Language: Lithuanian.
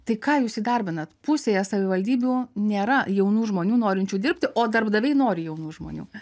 tai ką jūs įdarbinat pusėje savivaldybių nėra jaunų žmonių norinčių dirbti o darbdaviai nori jaunų žmonių